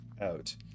out